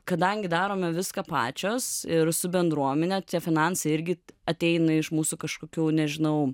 kadangi darome viską pačios ir su bendruomene čia finansai irgi ateina iš mūsų kažkokių nežinau